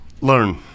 Learn